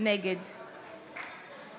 נגד